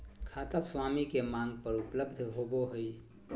खाता स्वामी के मांग पर उपलब्ध होबो हइ